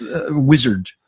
wizard